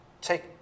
take